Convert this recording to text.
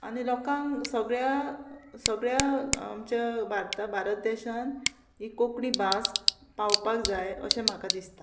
आनी लोकांक सगळ्या सगळ्या आमच्या भारता भारत देशान ही कोंकणी भास पावपाक जाय अशें म्हाका दिसता